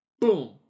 boom